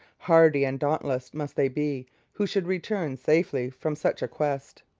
hardy and dauntless must they be who should return safely from such a quest.